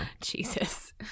Jesus